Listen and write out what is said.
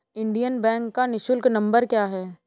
Indian bank का निःशुल्क number क्या है?